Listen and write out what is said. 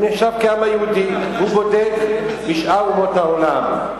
הוא נחשב כעם היהודי, והוא בודד משאר אומות העולם.